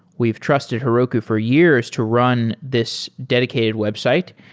we ve trusted heroku for years to run this dedicated website,